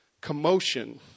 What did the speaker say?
commotion